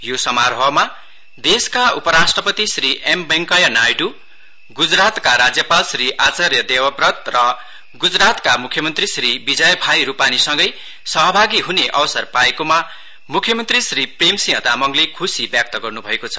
यो समारोहमा देशका उप राष्ट्रपति श्री वेंकैया नायडू गुजरातका राज्यपाल श्री आचार्य देवव्रत र गुजरातका मुख्यमन्त्री श्री विजयभाई रूपानीसँगै सहभागी हुने अवसर पाएकोमा मुख्यमन्त्री श्री प्रेमसिंह तामाङले खुशी व्यक्त गर्नुभएको छ